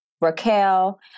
Raquel